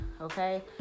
okay